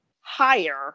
higher